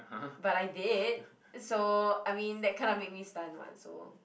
but I did so I mean that kind of made me stun [what] so